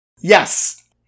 Yes